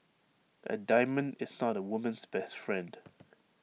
A diamond is not A woman's best friend